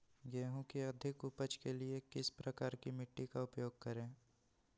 गेंहू की अधिक उपज के लिए किस प्रकार की मिट्टी का उपयोग करे?